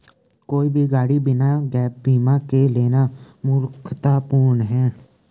कोई भी गाड़ी बिना गैप बीमा के लेना मूर्खतापूर्ण है